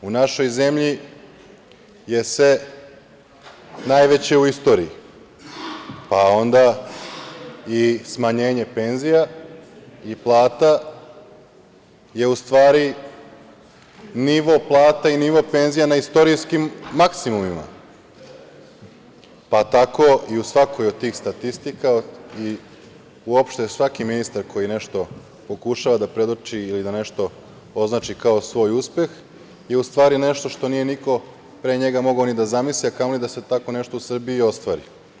U našoj zemlji je sve najveće u istoriji, pa onda i smanjenje penzija i plata je u stvari nivo plata i nivo penzija na istorijskim maksimumima, pa tako i u svakoj od tih statistika i uopšte svaki ministar koji nešto pokušava da predoči ili da nešto označi kao svoj uspeh je u stvari nešto što nije niko pre njega mogao ni da zamisli, a kamoli da se tako nešto u Srbiji i ostvari.